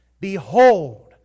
Behold